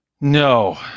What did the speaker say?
No